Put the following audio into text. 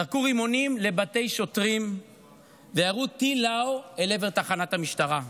זרקו רימונים לבתי שוטרים וירו טיל לאו אל עבר תחנת המשטרה.